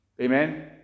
Amen